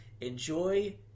enjoy